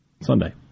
Sunday